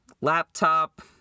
laptop